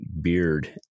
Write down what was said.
beard